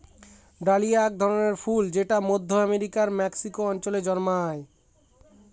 dahlia এক ধরনের ফুল যেটা মধ্য আমেরিকার মেক্সিকো অঞ্চলে জন্মায়